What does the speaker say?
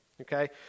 okay